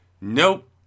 Nope